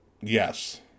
Yes